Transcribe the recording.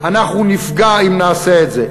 אנחנו נפגע אם נעשה את זה.